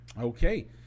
Okay